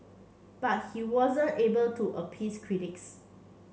but he wasn't able to appease critics